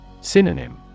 Synonym